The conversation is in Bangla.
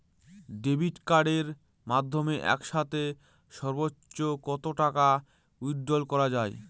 ডেবিট কার্ডের মাধ্যমে একসাথে সর্ব্বোচ্চ কত টাকা উইথড্র করা য়ায়?